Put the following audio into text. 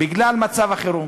בגלל מצב החירום.